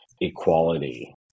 equality